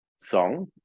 song